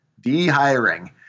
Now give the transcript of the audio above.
De-hiring